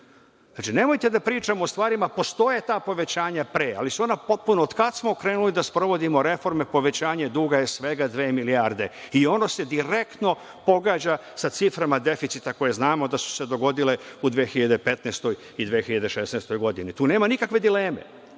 veće. Nemojte da pričamo o stvarima, postoje ta povećanja pre, ali su ona potpuno, od kada smo krenuli da sprovodimo reforme povećanje duga je svega dve milijarde i ono se direktno pogađa sa ciframa deficita koje znamo da su se dogodile u 2015. i 2016. godini, tu nema nikakve dileme.